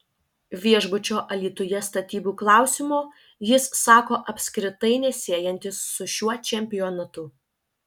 viešbučio alytuje statybų klausimo jis sako apskritai nesiejantis su šiuo čempionatu